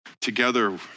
together